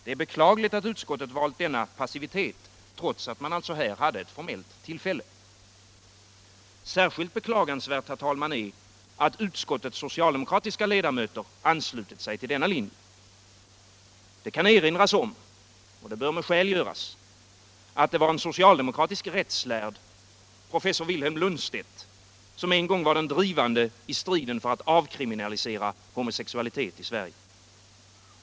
Det är beklagligt att utskottet valt denna passivitet, trots att man här hade ett tillfälle till något annat. Särskilt beklagligt är, herr talman, att utskottets socialdemokratiska ledamöter anslutit sig till denna linje. Det kan erinras om — och det bör med skäl göras — att det var en socialdemokratisk rättslärd, professor Vilhelm Lundstedt, som en gång var den drivande i striden för att avkriminalisera homosexualitet i Sverige.